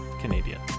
Canadian